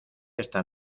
esta